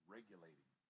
Regulating